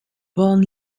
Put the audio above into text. born